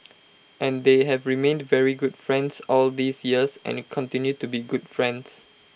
and they have remained very good friends all these years and continue to be good friends